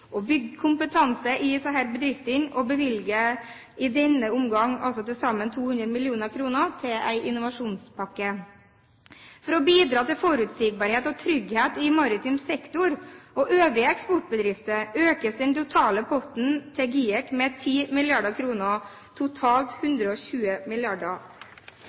å realisere lønnsomme prosjekter, legge til rette for omstilling og bygge kompetanse i disse bedriftene. Den bevilger i denne omgang til sammen 200 mill. kr til en innovasjonspakke. For å bidra til forutsigbarhet og trygghet i maritim sektor og øvrige eksportbedrifter økes den totale potten til GIEK med 10 mrd. kr til totalt 120 mrd. kr. Og